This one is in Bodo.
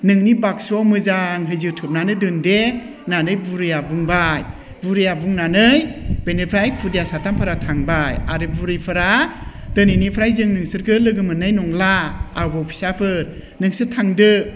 नोंनि बाकसुआव मोजांहै जोथुबनानै दोन दे होननानै बुरैया बुंबाय बुरैया बुंनानै बिनिफ्राय खुदिया साथामफोरा थांबाय आरो बुरैफोरा दिनैनिफ्राय जों नोंसोरखौ लोगो मोननाय नंला आबौ फिसाफोर नोंसोर थांदो